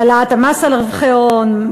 העלאת המס על רווחי הון,